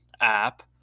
App